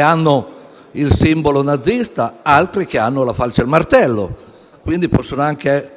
hanno il simbolo nazista ed altri che hanno la falce e martello, quindi possono anche